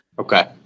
Okay